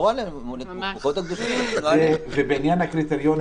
בעניין הקריטריונים,